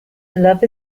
love